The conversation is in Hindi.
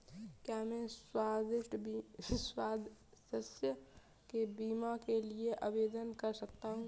क्या मैं स्वास्थ्य बीमा के लिए आवेदन कर सकता हूँ?